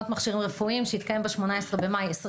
מכשירים רפואיים שהתקיים ב-18 במאי 2022,